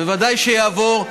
בוודאי שיעבור.